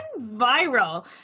viral